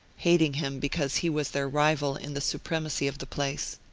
hating him because he was their rival in the supremacy of the place.